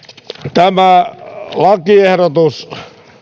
tämä lakiehdotus